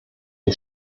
die